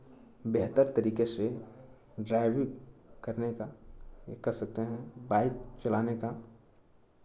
बेहतर तरीके से ड्राइविंग करने का या कह सकते हैं बाइक चलाने का